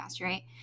right